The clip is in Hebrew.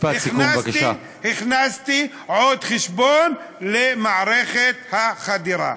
הכנסתי עוד חשבון למערכת החדירה.